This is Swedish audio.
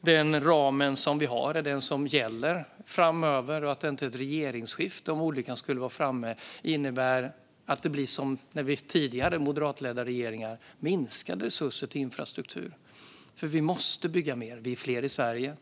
den ram som vi har är den som gäller framöver och att inte ett regeringsskifte, om olyckan skulle vara framme, innebär att det blir minskade resurser till infrastruktur som vid tidigare moderatledda regeringar. För vi måste bygga mer. Vi är fler i Sverige.